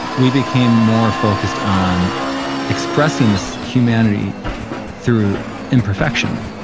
we became more focused on expressing this humanity through imperfection.